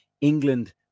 England